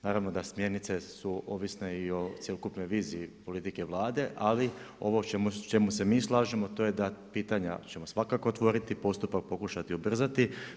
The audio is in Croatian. Naravno da smjernice su ovisne i o cjelokupnoj viziji politike Vlade ali ovo o čemu se mi slažemo a to je da pitanja ćemo svakako otvoriti, postupak pokušati ubrzati.